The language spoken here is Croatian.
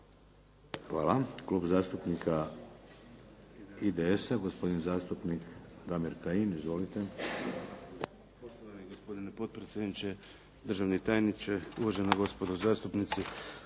Hvala. Klub zastupnika IDS-a uvaženi zastupnik Damir Kajin. Izvolite.